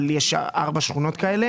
יש 4 שכונות כאלה.